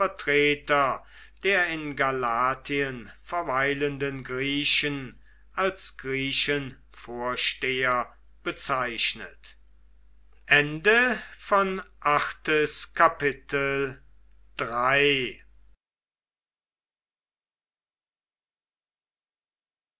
der in galatien verweilenden griechen als griechenvorsteher bezeichnet